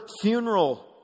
funeral